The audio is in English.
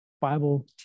Bible